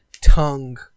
tongue